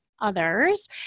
others